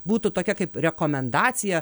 būtų tokia kaip rekomendacija